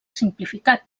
simplificat